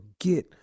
forget